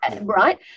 Right